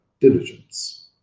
diligence